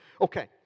Okay